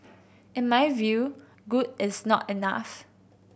in my view good is not enough